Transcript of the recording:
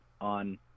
on